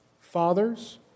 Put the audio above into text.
fathers